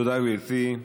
תודה, גברתי.